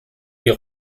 die